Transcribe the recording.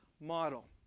model